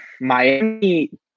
Miami